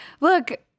look